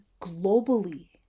globally